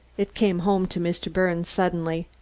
it came home to mr. birnes suddenly.